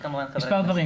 דברים,